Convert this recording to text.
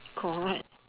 correct